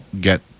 get